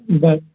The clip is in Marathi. बरं